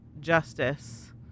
justice